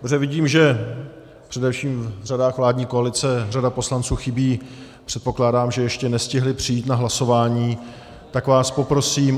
Protože vidím, že především v řadách vládní koalice řada poslanců chybí, předpokládám, že ještě nestihli přijít na hlasování, tak vás poprosím o... ...